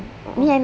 ah